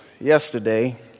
yesterday